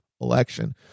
election